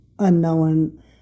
unknown